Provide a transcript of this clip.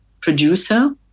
producer